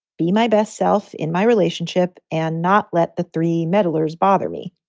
be my best self. in my relationship and not let the three meddlers bother me.